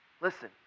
Listen